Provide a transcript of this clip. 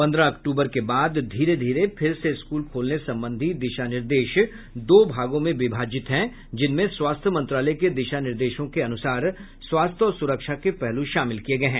पन्द्रह अक्तूबर के बाद धीरे धीरे फिर से स्कूल खोलने संबंधी दिशा निर्देश दो भागों में विभाजित हैं जिनमें स्वास्थ्य मंत्रालय के दिशा निर्देशों के अनुसार स्वास्थ्य और सुरक्षा के पहलू शामिल किये गये हैं